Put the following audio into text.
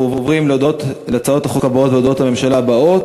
אין מתנגדים, אין נמנעים.